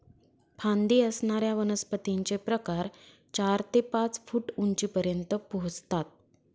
फांदी असणाऱ्या वनस्पतींचे प्रकार चार ते पाच फूट उंचीपर्यंत पोहोचतात